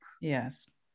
yes